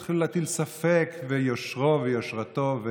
התחילו להטיל ספק ביושרו וביושרתו.